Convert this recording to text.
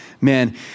man